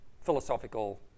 philosophical